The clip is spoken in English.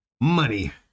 money